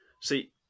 see